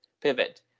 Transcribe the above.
pivot